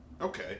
Okay